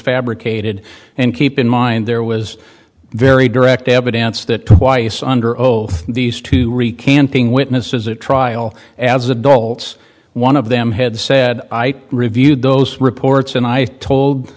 fabricated and keep in mind there was very direct evidence that twice under oath these two recant being witnesses at trial as adults one of them had said i reviewed those reports and i told